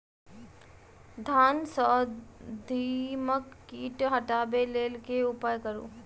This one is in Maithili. धान सँ दीमक कीट हटाबै लेल केँ उपाय करु?